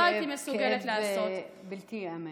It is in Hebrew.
לא הייתי מסוגלת לעשות, פשוט כאב בלתי ייאמן.